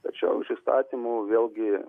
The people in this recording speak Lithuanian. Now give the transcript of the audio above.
tačiau iš įstatymų vėlgi